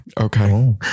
Okay